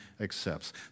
accepts